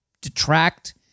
detract